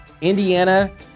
Indiana